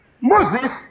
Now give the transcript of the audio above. Moses